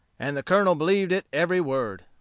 and the colonel believed it every word.